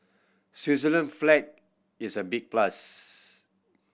Switzerland flag is a big plus